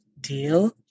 deal